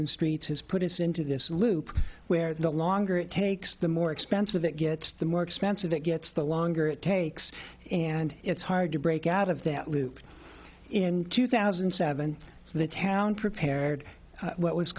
and streets has put us into this loop where the longer it takes the more expensive it gets the more expensive it gets the longer it takes and it's hard to break out of that loop in two thousand and seven the town prepared what was